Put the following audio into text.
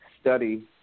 study